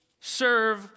serve